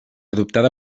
adoptada